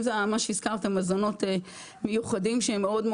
אם מה שהזכרת המזונות המיוחדים שהם מאוד,